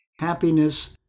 happiness